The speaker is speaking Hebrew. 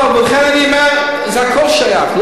לא, ולכן אני אומר, זה הכול שייך.